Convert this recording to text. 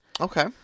okay